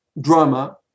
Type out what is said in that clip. drama